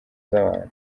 z’abantu